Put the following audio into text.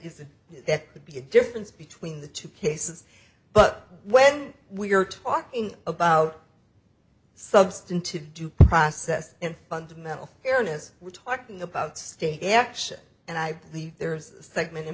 isn't that would be a difference between the two cases but when we are talking about substantive due process and fundamental fairness we're talking about state action and i believe there is a segment